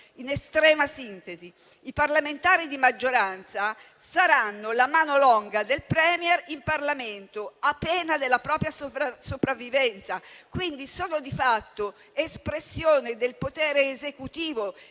In estrema sintesi, i parlamentari di maggioranza saranno la *longa manus* del *Premier* in Parlamento, a pena della propria sopravvivenza. Quindi, sono di fatto espressione del potere esecutivo